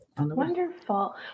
Wonderful